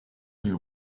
you